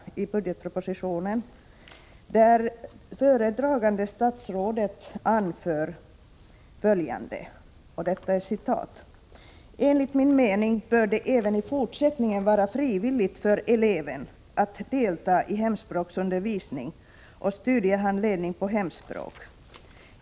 10 till budgetpropositionen, där föredragande statsrådet anför: ”Enligt min mening bör det även i fortsättningen vara frivilligt för eleven att delta i hemspråksundervisning och studiehandledning på hemspråk.